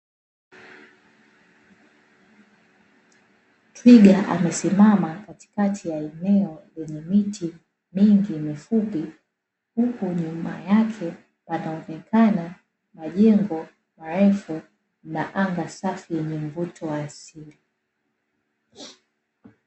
Twiga amesimama katikati ya eneo lenye miti mingi mifupi, huku nyuma yake panaonekana majengo marefu na anga safi lenye mvuto waasili.